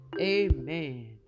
Amen